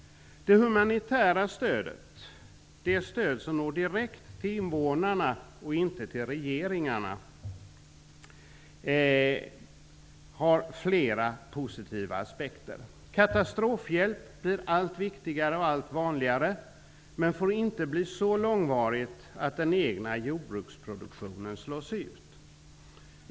Det humanitära stödet, det stöd som når direkt till invånarna, inte till regeringarna, har flera positiva aspekter. Katastrofhjälp blir allt viktigare och vanligare, men den får inte blir så långvarig att den egna jordbruksproduktionen slås ut.